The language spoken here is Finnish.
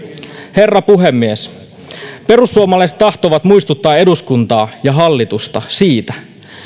herra puhemies perussuomalaiset tahtovat muistuttaa eduskuntaa ja hallitusta siitä